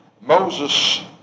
Moses